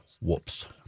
whoops